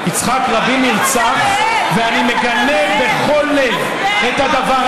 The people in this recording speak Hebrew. יצחק רבין נרצח, איך אתה מעז?